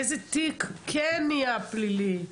איזה תיק כן נהיה פלילי?